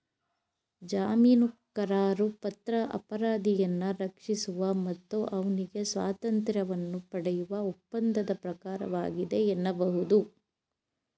ಜಾಮೀನುಕರಾರುಪತ್ರ ಅಪರಾಧಿಯನ್ನ ರಕ್ಷಿಸುವ ಮತ್ತು ಅವ್ನಿಗೆ ಸ್ವಾತಂತ್ರ್ಯವನ್ನ ಪಡೆಯುವ ಒಪ್ಪಂದದ ಪ್ರಕಾರವಾಗಿದೆ ಎನ್ನಬಹುದು